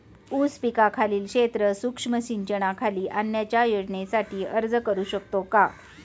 ऊस पिकाखालील क्षेत्र सूक्ष्म सिंचनाखाली आणण्याच्या योजनेसाठी अर्ज करू शकतो का?